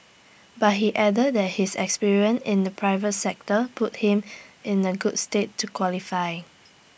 but he added that his experience in the private sector puts him in A good stead to qualify